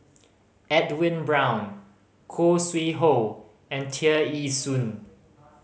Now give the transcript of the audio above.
Edwin Brown Khoo Sui Hoe and Tear Ee Soon